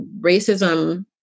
racism